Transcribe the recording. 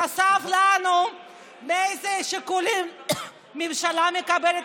חשף לנו מאיזה שיקולים הממשלה מקבלת